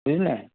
বুঝলেন